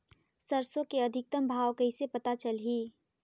सरसो के अधिकतम भाव कइसे पता चलही?